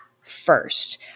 first